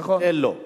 נכון.